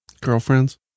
girlfriends